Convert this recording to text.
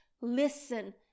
listen